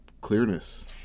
clearness